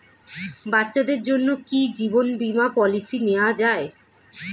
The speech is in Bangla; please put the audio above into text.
বাচ্চাদের জন্য কি জীবন বীমা পলিসি নেওয়া যায়?